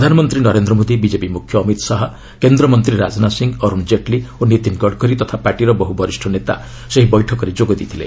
ପ୍ରଧାନମନ୍ତ୍ରୀ ନରେନ୍ଦ୍ର ମୋଦି ବିଜେପି ମୁଖ୍ୟ ଅମିତ୍ ଶାହା କେନ୍ଦ୍ରମନ୍ତ୍ରୀ ରାଜନାଥ ସିଂ ଅରୁଣ ଜେଟ୍ଲୀ ଓ ନୀତିନ୍ ଗଡ଼କରୀ ତଥା ପାର୍ଟିର ବହୁ ବରିଷ୍ଣ ନେତା ସେହି ବୈଠକରେ ଯୋଗ ଦେଇଥିଲେ